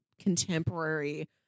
contemporary